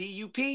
PUP